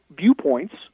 viewpoints